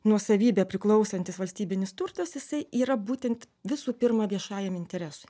nuosavybe priklausantis valstybinis turtas jisai yra būtent visų pirma viešajam interesui